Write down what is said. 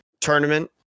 tournament